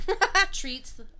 Treats